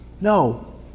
No